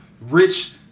rich